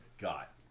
got